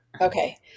Okay